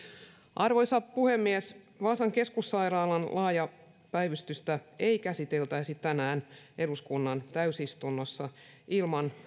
arvoisa puhemies vaasan keskussairaalan laajaa päivystystä ei käsiteltäisi tänään eduskunnan täysistunnossa ilman